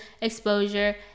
exposure